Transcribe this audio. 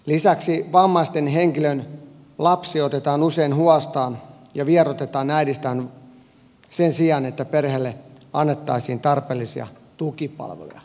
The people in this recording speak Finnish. lisäksi vammaisen henkilön lapsi otetaan usein huostaan ja vieroitetaan äidistään sen sijaan että perheelle annettaisiin tarpeellisia tukipalveluja